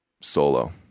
solo